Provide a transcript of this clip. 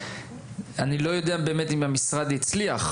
אני לא יודע באמת האם המשרד הצליח